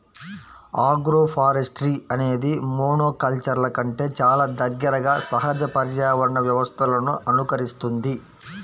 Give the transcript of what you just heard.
agroforestry అనేది మోనోకల్చర్ల కంటే చాలా దగ్గరగా సహజ పర్యావరణ వ్యవస్థలను అనుకరిస్తుంది